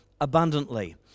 abundantly